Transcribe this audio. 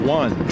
one